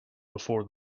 before